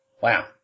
Wow